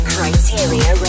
Criteria